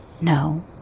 No